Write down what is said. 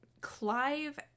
Clive